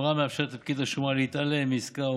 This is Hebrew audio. הוראה המאפשרת לפקיד השומה להתעלם מעסקה או